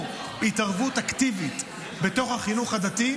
התערבו התערבות אקטיבית בתוך החינוך הדתי,